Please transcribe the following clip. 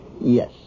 Yes